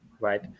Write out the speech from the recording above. right